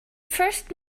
first